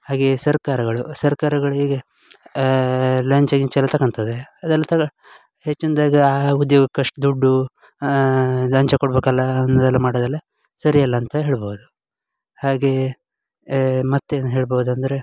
ಹಾಗೆ ಸರ್ಕಾರಗಳು ಸರ್ಕಾರಗಳು ಹೀಗೆ ಲಂಚ ಗಿಂಚ ಎಲ್ಲ ತಕೊಂತದೆ ಅದೆಲ್ಲ ತಗ ಹೆಚ್ಚಿನ್ದಾಗಿ ಆ ಆ ಉದ್ಯೋಗಕ್ಕೆ ಅಷ್ಟು ದುಡ್ಡು ಲಂಚ ಕೊಡಬೇಕಲ್ಲ ಅಂದು ಎಲ್ಲ ಮಾಡೋದೆಲ್ಲ ಸರಿ ಅಲ್ಲ ಅಂತ ಹೇಳ್ಬೋದು ಹಾಗೇ ಮತ್ತು ಏನು ಹೇಳ್ಬೋದಂದರೆ